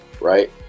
right